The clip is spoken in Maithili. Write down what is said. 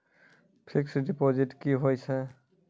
फिक्स्ड डिपोजिट की होय छै?